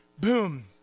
Boom